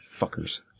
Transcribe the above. Fuckers